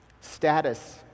status